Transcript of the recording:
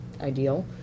ideal